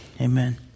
Amen